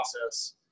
process